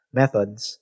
methods